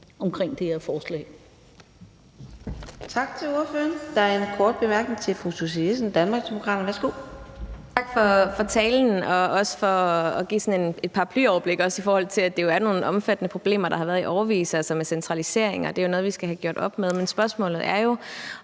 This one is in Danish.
(Karina Adsbøl): Tak til ordføreren. Der er en kort bemærkning til fru Susie Jessen, Danmarksdemokraterne. Værsgo. Kl. 15:07 Susie Jessen (DD): Tak for talen og for at give et paraplyoverblik, i forhold til at det er nogle omfattende problemer, der i årevis har været med centralisering. Det er jo noget, vi skal have gjort op med. Men spørgsmålet er,